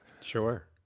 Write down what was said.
Sure